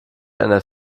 einer